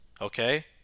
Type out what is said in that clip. okay